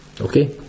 Okay